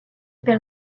pel